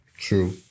True